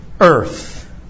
earth